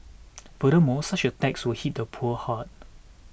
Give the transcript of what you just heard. furthermore such a tax will hit the poor hard